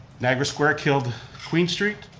niagara square killed queen street,